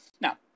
now